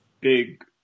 big